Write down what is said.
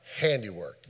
handiwork